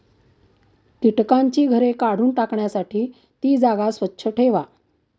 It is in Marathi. कीटकांची घरे काढून टाकण्यासाठी ती जागा स्वच्छ ठेवा